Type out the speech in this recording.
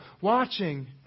watching